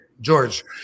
George